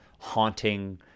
Haunting